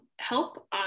help